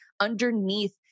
underneath